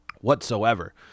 whatsoever